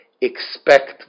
expect